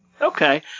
Okay